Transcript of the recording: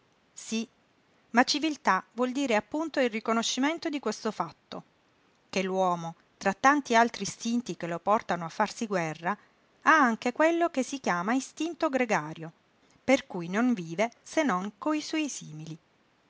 sí ma civiltà vuol dire appunto il riconoscimento di questo fatto che l'uomo tra tanti altri istinti che lo portano a farsi guerra ha anche quello che si chiama istinto gregario per cui non vive se non coi suoi simili